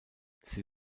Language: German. sie